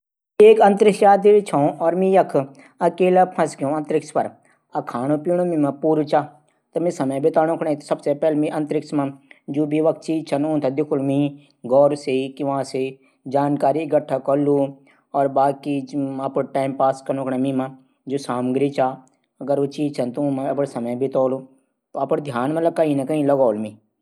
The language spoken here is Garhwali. मि अपडू बच्चों थै बाइक चलोंण सिखौंण से पैली ऊथै गाडी चलौण नियम सिखोलू। जैसे कि ऊ सावधानी पूर्वक गाडी चलाला। शुरू शुरू मा उं दगडी अफ रोलू। और हल्कू हल्कू साइकिल तरह चराण सिखोलू।